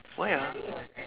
why ah